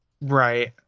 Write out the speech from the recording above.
right